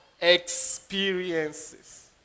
experiences